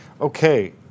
Okay